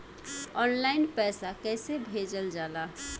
Online पैसा कैसे भेजल जाला?